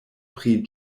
pri